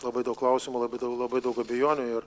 labai daug klausimų labai labai daug abejonių ir